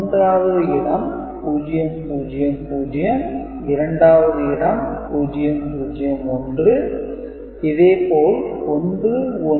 1 வது இடம் 000 2 வது இடம் 001 இதே போல் 111